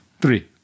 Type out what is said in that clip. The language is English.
Three